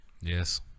Yes